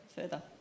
further